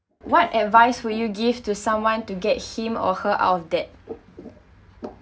what advice would you give to someone to get him or her out of debts